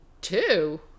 Two